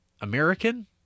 American